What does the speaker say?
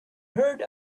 heard